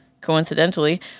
coincidentally